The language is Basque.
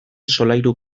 solairu